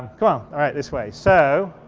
go this way so